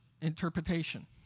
interpretation